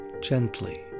gently